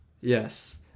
Yes